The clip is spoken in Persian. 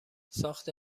ساخت